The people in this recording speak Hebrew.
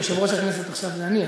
יושב-ראש הכנסת עכשיו זה אני,